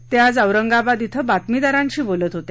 ते आज औरंगाबाद धिं बातमीदारांशी बोलत होते